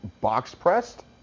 box-pressed